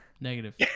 Negative